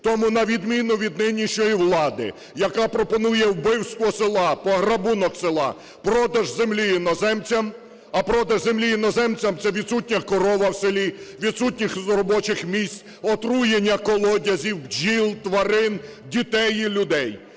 Тому на відміну від нинішньої влади, яка пропонує вбивство села, пограбунок села, продаж землі іноземцям, - а продаж землі іноземцям – це відсутня корова в селі, відсутність робочих місць, отруєння колодязів, бджіл, тварин, дітей і людей,